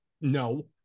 No